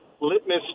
litmus